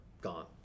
gone